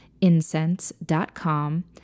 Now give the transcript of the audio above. incense.com